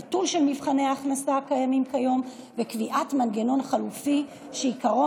ביטול של מבחני ההכנסה הקיימים כיום וקביעת מנגנון חלופי שעיקרו